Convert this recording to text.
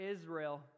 Israel